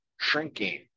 shrinking